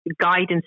guidance